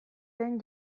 den